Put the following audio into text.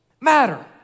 matter